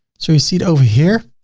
so you see it over here,